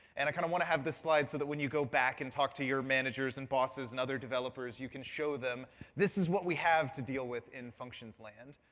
and kind of want to have the slide so when you go back and talk to your managers and bosses and other developers you can show them this is what we have to deal with in functions land.